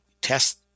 test